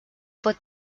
for